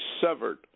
severed